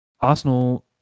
Arsenal